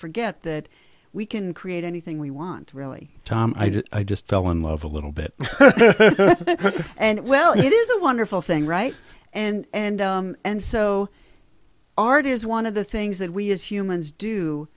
forget that we can create anything we want really tom i didn't i just fell in love a little bit and well it is a wonderful thing right and and so art is one of the things that we as humans do